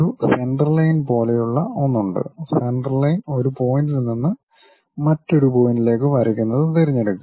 ഒരു സെന്റർലൈൻ പോലെയുള്ള ഒന്ന് ഉണ്ട് സെന്റർലൈൻ ഒരു പോയിന്റിൽ നിന്ന് മറ്റൊരു പോയിന്റിലേക്ക് വരയ്ക്കുന്നത് തിരഞ്ഞെടുക്കുക